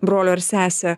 broliu ar sese